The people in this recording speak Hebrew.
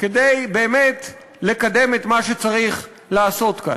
כדי באמת לקדם את מה שצריך לעשות כאן.